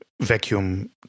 vacuum